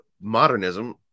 modernism